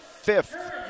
fifth